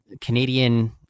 canadian